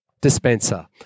dispenser